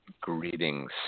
Greetings